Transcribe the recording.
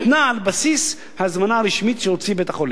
על בסיס ההזמנה הרשמית שהוציא בית-החולים.